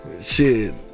shit-